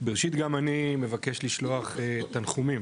ראשית גם אני מבקש לשלוח תנחומים